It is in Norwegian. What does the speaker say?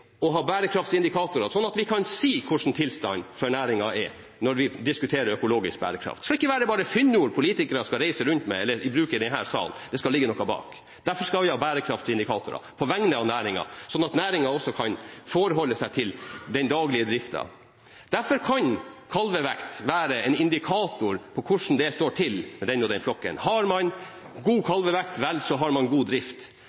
ha bærekraftsindikatorer, sånn at vi kan si hvordan tilstanden for næringen er når vi diskuterer økologisk bærekraft. Det skal ikke være bare fyndord politikere skal reise rundt med eller bruke i denne salen, det skal ligge noe bak. Derfor skal vi ha bærekraftsindikatorer på vegne av næringen, sånn at næringen også kan forholde seg til den daglige driften. Derfor kan kalvevekt være en indikator på hvordan det står til med den og den flokken. Har man god kalvevekt, vel, så har man god drift.